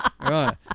Right